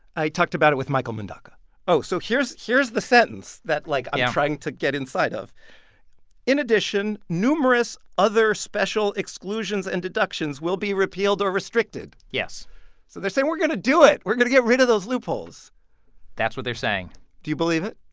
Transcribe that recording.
i talked about it with michael mundaca oh so here's here's the sentence that, like. yeah. i'm trying to get inside. in in addition, numerous other special exclusions and deductions will be repealed or restricted yes so they're saying, we're going to do it. we're going to get rid of those loopholes that's what they're saying do you believe it?